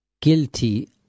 guilty